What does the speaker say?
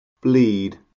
bleed